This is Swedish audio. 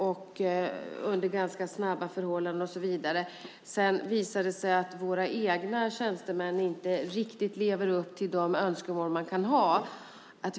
Och det är lite tveksamt att börja försöka lagföra tjänstemän från ett annat land när det har visat sig att våra egna tjänstemän inte riktigt levde upp till de önskemål man kan ha.